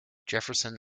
jefferson